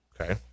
Okay